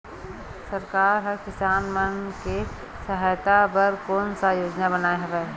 सरकार हा किसान मन के सहायता बर कोन सा योजना बनाए हवाये?